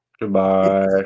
Goodbye